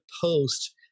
post